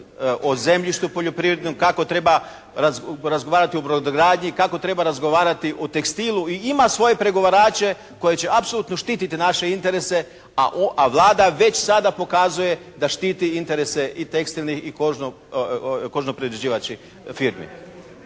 o zemljištu poljoprivrednom, kako treba razgovarati u brodogradnji, kako treba razgovarati o tekstilu i ima svoje pregovarače koji će apsolutno štititi naše interese, a Vlada već sada pokazuje da štiti interese i tekstilnih i kožno-prerađivačkih firmi.